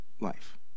life